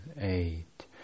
eight